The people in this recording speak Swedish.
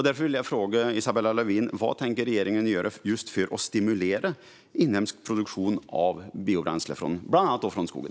Därför vill jag fråga Isabella Lövin vad regeringen tänker göra just för att stimulera inhemsk produktion av biobränsle bland annat från skogen.